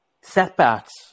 Setbacks